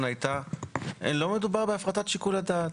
הייתה שלא מדובר בהפרטת שיקול הדעת,